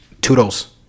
Toodles